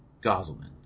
goselman